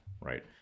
Right